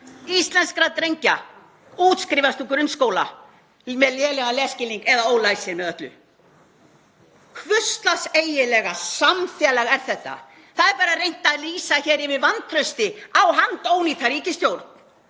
íslenskra drengja útskrifist úr grunnskóla með lélegan lesskilning eða ólæsir með öllu. Hvurs lags eiginlega samfélag er þetta? Það er bara reynt að lýsa yfir vantrausti á handónýta ríkisstjórn